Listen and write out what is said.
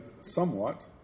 somewhat